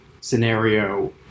scenario